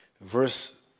verse